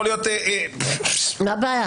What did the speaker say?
מה הבעיה?